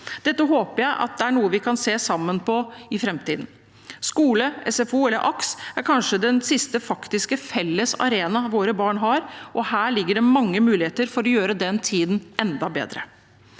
Dette håper jeg er noe vi kan se sammen på i framtiden. Skole og SFO eller AKS er kanskje den siste faktiske felles arenaen barn har, og her ligger det mange muligheter for å gjøre den tiden enda bedre.